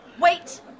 Wait